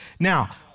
Now